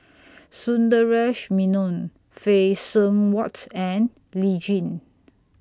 Sundaresh Menon Phay Seng Whatt and Lee Tjin